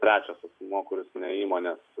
trečias asmuo kuris ne įmonės